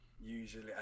Usually